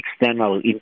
external